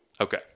Okay